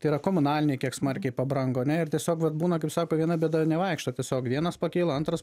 tai yra komunaliniai kiek smarkiai pabrango ane ir tiesiog vat būna kaip sako viena bėda nevaikšto tiesiog vienas pakyla antras